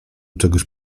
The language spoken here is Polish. czegoś